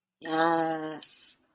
Yes